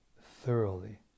thoroughly